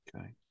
Okay